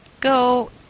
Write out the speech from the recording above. go